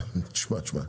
תשמע תשמע,